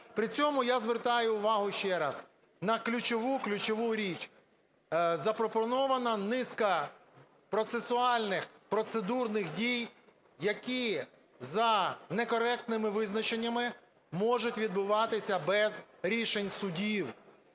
При цьому, я звертаю увагу ще раз, на ключову, ключову річ. Запропонована низка процесуальних процедурних дій, які за некоректними визначеннями можуть відбуватися без рішень судів.